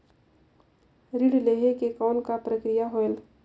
ऋण लहे के कौन का प्रक्रिया होयल?